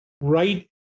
right